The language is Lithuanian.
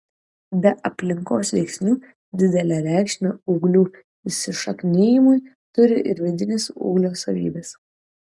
be aplinkos veiksnių didelę reikšmę ūglių įsišaknijimui turi ir vidinės ūglio savybės